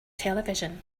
television